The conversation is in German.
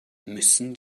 müssen